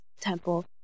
temple